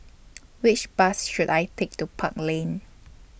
Which Bus should I Take to Park Lane